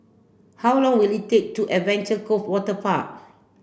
how long will it take to Adventure Cove Waterpark